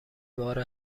بار